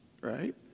Right